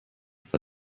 for